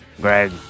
Greg